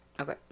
Okay